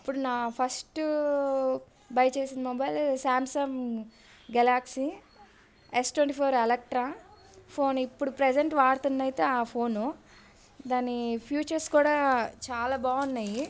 అప్పుడు నా first buy చేసిన mobile Samsung galaxy S twenty four ultra phone ఇప్పుడు ప్రెసెంట్ వాడుతుంది అయితే ఆ ఫోను దాని ఫ్యూచర్స్ కూడా చాలా బావున్నాయి